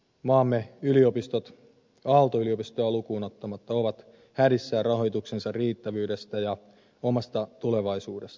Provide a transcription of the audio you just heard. maamme yliopistot aalto yliopistoa lukuun ottamatta ovat hädissään rahoituksensa riittävyydestä ja omasta tulevaisuudestaan